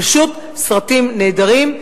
פשוט סרטים נהדרים.